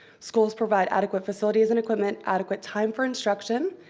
schools provide adequate facilities and equipment, adequate time for instruction,